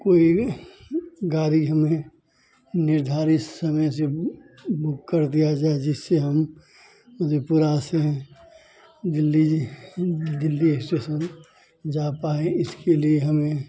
कोई गाड़ी हमें निर्धारित समय से बुक कर दिया जाए जिससे हम मधेपुरा से दिल्ली दिल्ली स्टेशन जा पाएं इसके लिए हमें